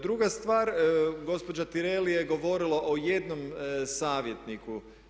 Druga stvar, gospođa Tireli je govorila o jednom savjetniku.